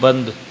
बंदि